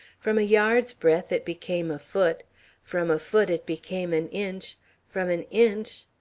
from a yard's breadth it became a foot from a foot it became an inch from an inch